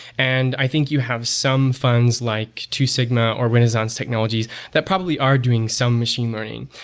and i think you have some funds like two sigma, or renaissance technologies that probably are doing some machine learning.